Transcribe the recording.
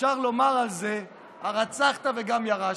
אפשר לומר על זה "הרצחת וגם ירשת"?